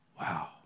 Wow